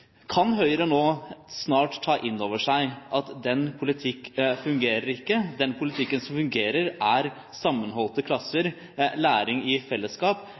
Kan Høyre nå snart ta inn over seg at den politikken ikke fungerer? Den politikken som fungerer, er sammenholdte klasser, læring i fellesskap,